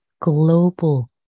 global